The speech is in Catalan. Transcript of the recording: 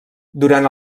durant